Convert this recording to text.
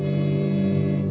the